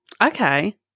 okay